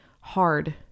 hard